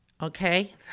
okay